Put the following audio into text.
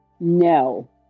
No